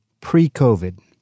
pre-COVID